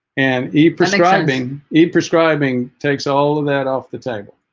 and e-prescribing e-prescribing takes all of that off the table